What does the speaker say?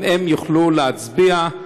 גם הם יוכלו להצביע.